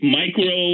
micro